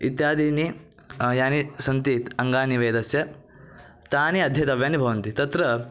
इत्यादीनि यानि सन्ति अङ्गानि वेदस्य तानि अध्येतव्यानि भवन्ति तत्र